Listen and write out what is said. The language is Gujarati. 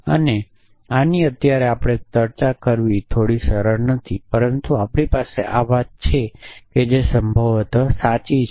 આની અત્યારે ચર્ચા કરવી થોડી સરળ નથી પરંતુ આપણી પાસે આ વાત છે કે જે સંભવત સાચી છે